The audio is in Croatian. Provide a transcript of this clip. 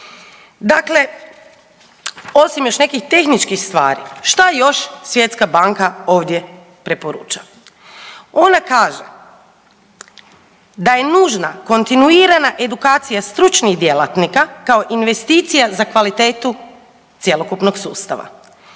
Dakle, osim još nekih tehničkih stvari, šta još Svjetska banka ovdje preporuča? Ona kaže da je nužna kontinuirana edukacija stručnih djelatnika kao investicija za kvalitetu cjelokupnog sustava